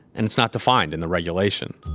and it's not defined in the regulation